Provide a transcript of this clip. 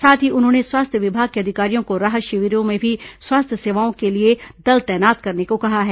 साथ ही उन्होंने स्वास्थ्य विभाग के अधिकारियों को राहत शिविरों में भी स्वास्थ्य सेवाओं के लिए दल तैनात करने को कहा है